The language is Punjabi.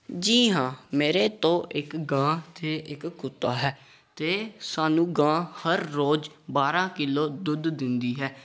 ਜੀ ਹਾਂ ਮੇਰੇ ਤੋਂ ਇੱਕ ਗਾਂ ਅਤੇ ਇੱਕ ਕੁੱਤਾ ਹੈ ਅਤੇ ਸਾਨੂੰ ਗਾਂ ਹਰ ਰੋਜ਼ ਬਾਰਾਂ ਕਿਲੋ ਦੁੱਧ ਦਿੰਦੀ ਹੈ